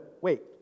wait